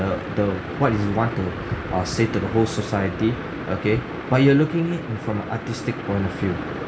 the the what is it you want to uh say to the whole society okay but you're looking it in from a artistic point of view